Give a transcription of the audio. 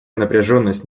напряженность